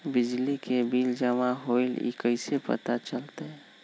बिजली के बिल जमा होईल ई कैसे पता चलतै?